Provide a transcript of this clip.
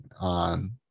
on